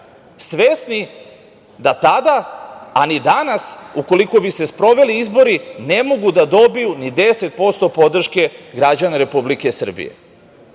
svesni da tada, a ni danas, ukoliko bi se sproveli izbori, ne mogu da dobiju ni 10% podrške građana Republike Srbije.